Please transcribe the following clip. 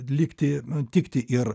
likti tikti ir